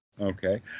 Okay